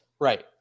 Right